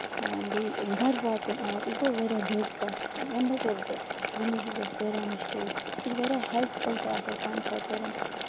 بیٚیہِ گرٕ واتُن آب یہِ گوٚو واریاہ بٔڑ کَتھ امہِ بغٲر زندگی گژھِ واریاہ مُشکِل یہِ چھُ واریاہ ہیلپ فُل تہِ آسان سانہِ خٲطرٕ